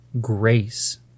grace